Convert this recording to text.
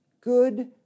good